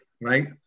Right